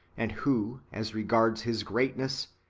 and who, as regards his greatness,